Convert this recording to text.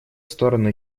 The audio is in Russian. стороны